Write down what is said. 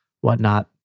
whatnot